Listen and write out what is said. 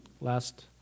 last